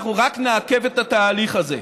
אנחנו רק נעכב את התהליך הזה.